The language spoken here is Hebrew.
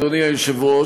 אדוני היושב-ראש,